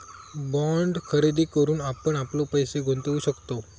bond खरेदी करून आपण आपलो पैसो गुंतवु शकतव